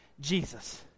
Jesus